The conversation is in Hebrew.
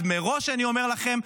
אז מראש אני אומר לכם,